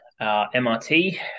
MRT